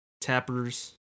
Tappers